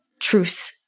truth